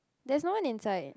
there's no one inside